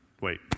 Wait